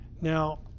Now